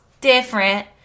different